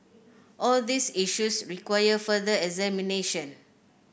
all these issues require further examination